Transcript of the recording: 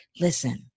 listen